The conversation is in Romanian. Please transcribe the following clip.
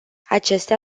acestea